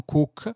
Cook